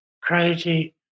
crazy